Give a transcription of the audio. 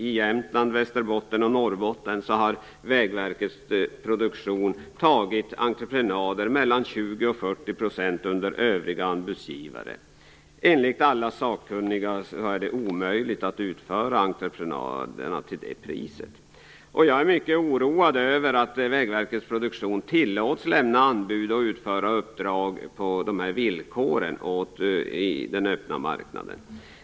I Jämtland, Västerbotten och Norrbotten har Vägverket Produktion tagit entreprenader mellan 20 och 40 % under övriga anbudsgivare. Enligt alla sakkunniga är det omöjligt att utföra entreprenaderna till det priset. Jag är mycket oroad över att Vägverket Produktion tillåts lämna anbud och utföra uppdrag på dessa villkor åt den öppna marknaden.